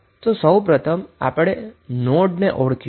તો આપણે પ્રથમ નોડને ઓળખીશું